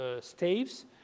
staves